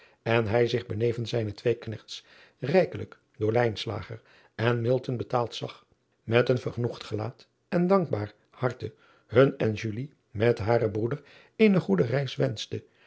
en hij zich benevens zijne twee knechts rijkelijk door en betaald zag met een vergenoegd gelaat en dankbaar harte hun en met haren broeder eene goede reis wenschte